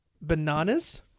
bananas